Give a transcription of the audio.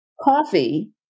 coffee